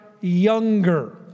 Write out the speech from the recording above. younger